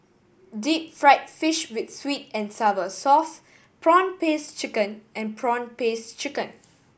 deep fried fish with sweet and sour sauce prawn paste chicken and prawn paste chicken